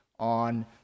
on